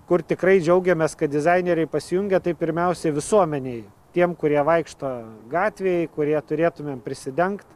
kur tikrai džiaugiamės kad dizaineriai pasijungia tai pirmiausiai visuomenei tiem kurie vaikšto gatvėj kurie turėtumėm prisidengt